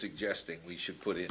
suggesting we should put